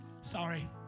Sorry